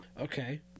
Okay